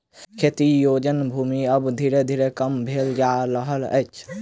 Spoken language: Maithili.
खेती योग्य भूमि आब धीरे धीरे कम भेल जा रहल अछि